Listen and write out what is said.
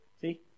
See